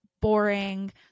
boring